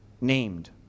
named